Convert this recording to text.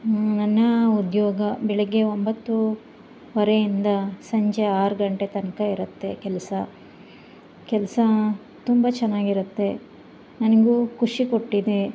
ಹ್ಞೂ ನನ್ನ ಉದ್ಯೋಗ ಬೆಳಗ್ಗೆ ಒಂಬತ್ತೂವರೆಯಿಂದ ಸಂಜೆ ಆರು ಗಂಟೆ ತನಕ ಇರುತ್ತೆ ಕೆಲಸ ಕೆಲಸ ತುಂಬಾ ಚೆನ್ನಾಗಿರುತ್ತೆ ನನಗೂ ಖುಷಿ ಕೊಟ್ಟಿದೆ